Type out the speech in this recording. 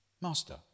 Master